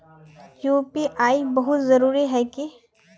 UPI बहुत जरूरी है की?